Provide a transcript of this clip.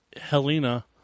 Helena